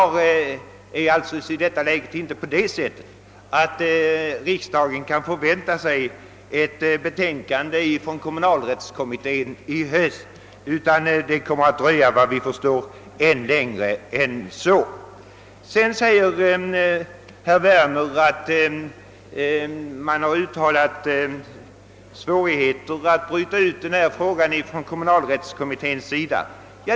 Riksdagen kan alltså inte förvänta sig ett betänkande från kommunalrättskommittén i höst, utan det kommer — såvitt man kan förstå — att dröja längre. Herr Werner säger sedan att man från kommunalrättskommitténs sida har uttalat att det finns svårigheter när det gäller att bryta ut denna fråga.